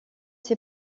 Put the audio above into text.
ses